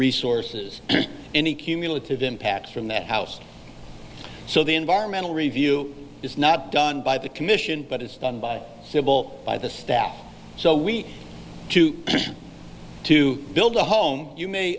resources any cumulative impact from that house so the environmental review is not done by the commission but it's done by civil by the staff so we too to build a home you may